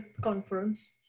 conference